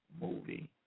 movie